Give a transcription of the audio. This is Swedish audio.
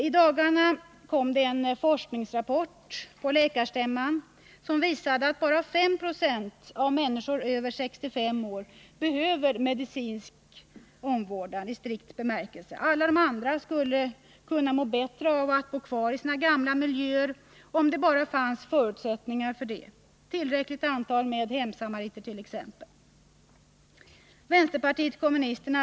I dagarna kom det en forskningsrapport på läkarstämman, som visade att bara 5 9760 av människorna över 65 år behöver medicinsk omvårdnad i strikt bemärkelse. Alla de andra skulle kunna må bättre av att bo kvar i sina gamla miljöer, om det bara fanns förutsättningar för det, t.ex. ett tillräckligt antal hemsamariter.